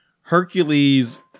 Hercules